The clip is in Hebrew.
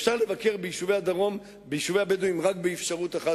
אפשר לבקר ביישובי הבדואים רק בדרך אחת,